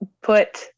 put